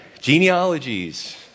Genealogies